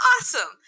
Awesome